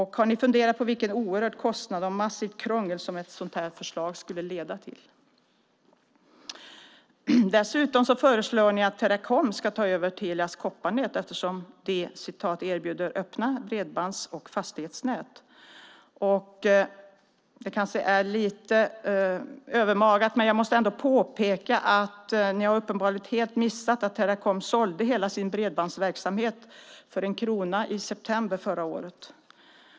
Har ni funderat på vilken oerhörd kostnad och vilket massivt krångel som ett sådant här förslag skulle leda till? Dessutom föreslår ni att Teracom ska ta över Telias kopparnät, eftersom de "erbjuder öppna bredbands och fastighetsnät". Det kanske är lite övermaga, men jag måste ändå påpeka att ni uppenbarligen helt har missat att Teracom sålde hela sin bredbandsverksamhet för en krona i september förra året.